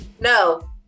No